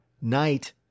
night